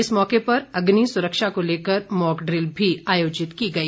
इस मौके पर अग्नि सुरक्षा को लेकर मॉकड्रिल भी आयोजित की गई